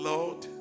Lord